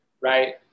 right